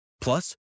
Plus